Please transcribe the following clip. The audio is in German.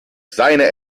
seine